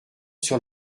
sur